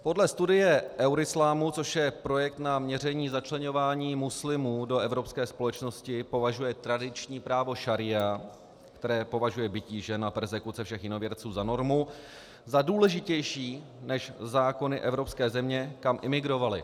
Podle studie EURISLAM, což je projekt na měření začleňování muslimů do evropské společnosti, považuje tradiční právo šaría, které považuje bití žen a perzekuci všech jinověrců za normu, za důležitější než zákony evropské země, kam imigrovali.